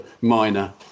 minor